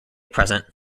present